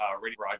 radio